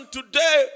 today